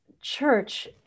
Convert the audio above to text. church